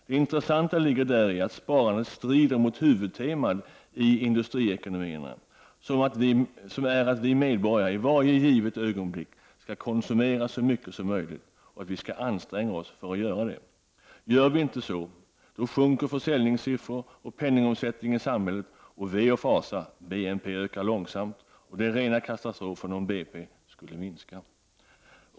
Det viktiga ligger däri att sparande strider mot huvudtemat i industriekonomierna, vilket är att vi som medborgare i varje givet ögonblick skall konsumera så mycket som möjligt och att vi skall anstränga oss för att göra det. Gör vi inte det sjunker försäljningssiffror och penningomsättningen i samhället och — ve och fasa — BNP ökar långsamt, och det är rena katastrofen om BNP skulle minska.